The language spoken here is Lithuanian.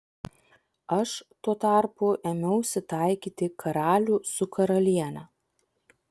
aš tuo tarpu ėmiausi taikyti karalių su karaliene